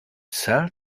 cell